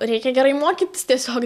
reikia gerai mokytis tiesiog